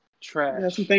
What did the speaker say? Trash